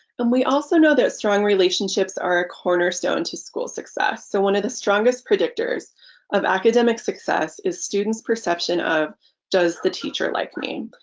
and we also know that strong relationships are a cornerstone to school success. so one of the strongest predictors of academic success is students perception of does the teacher like me?